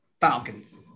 Falcons